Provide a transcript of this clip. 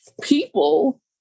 people